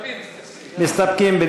מסתפקים, מסתפקים.